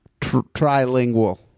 trilingual